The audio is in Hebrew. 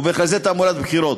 ובכלל זה תעמולת בחירות.